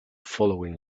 following